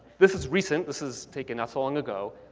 this is recent. this is taken not so long ago.